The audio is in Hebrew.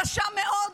קשה מאוד,